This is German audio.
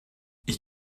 ich